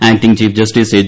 acting chief justice H